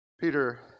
Peter